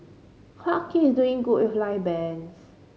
Clarke Quay is doing good with live bands